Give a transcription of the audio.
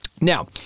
Now